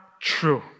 true